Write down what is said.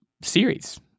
series